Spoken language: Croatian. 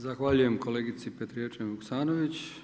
Zahvaljujem kolegici Petrijevčanin Vuksanović.